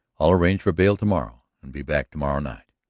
i'll arrange for bail to-morrow and be back to-morrow night.